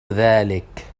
ذلك